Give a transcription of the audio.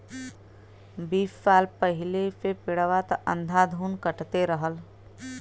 बीस साल पहिले से पेड़वा त अंधाधुन कटते रहल